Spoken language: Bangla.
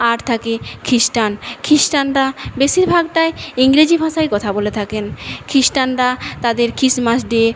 আর থাকে খ্রিস্টান খ্রিস্টানরা বেশিরভাগটাই ইংরেজি ভাষায় কথা বলে থাকেন খ্রিস্টানরা তাঁদের খ্রিস্টমাস ডে